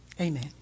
Amen